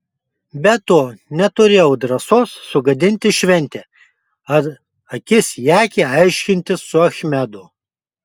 be to neturėjau drąsos sugadinti šventę ar akis į akį aiškintis su achmedu